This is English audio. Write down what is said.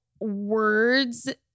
words